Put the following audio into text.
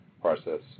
process